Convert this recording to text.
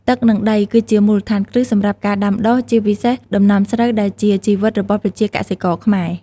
ទឹក និងដី គឺជាមូលដ្ឋានគ្រឹះសម្រាប់ការដាំដុះ ជាពិសេសដំណាំស្រូវ ដែលជាជីវិតរបស់ប្រជាកសិករខ្មែរ។